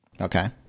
Okay